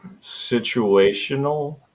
situational